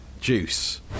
Juice